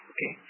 Okay